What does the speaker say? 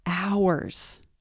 hours